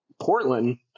Portland